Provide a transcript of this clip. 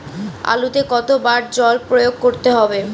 আলুতে কতো বার জল প্রয়োগ করতে হবে?